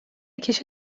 kişi